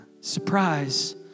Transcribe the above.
surprise